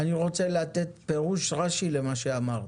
אני רוצה לתת פירוש רש"י למה שאמרת.